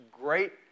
great